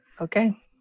Okay